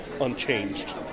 unchanged